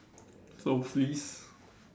so fleas